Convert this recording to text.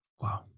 wow